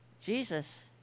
Jesus